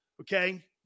okay